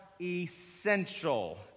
essential